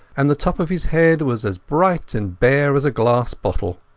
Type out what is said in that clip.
and the top of his head was as bright and bare as a glass bottle.